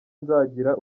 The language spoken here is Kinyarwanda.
nzagira